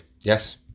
yes